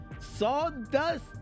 Sawdust